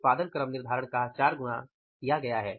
उत्पादन क्रम निर्धारण का 4 गुणा किया गया है